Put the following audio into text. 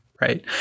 Right